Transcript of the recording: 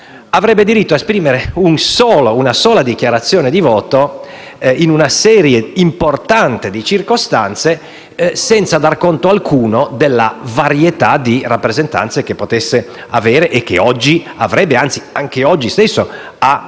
avrebbe diritto a esprimere una sola dichiarazione di voto in una serie importante di circostanze senza dare conto alcuno della varietà di rappresentanze che può avere e che, anzi, anche oggi stesso ha al